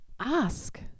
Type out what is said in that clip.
ask